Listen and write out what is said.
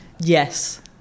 Yes